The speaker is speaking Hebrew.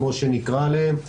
כמו שנקרא להם.